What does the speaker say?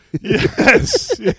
Yes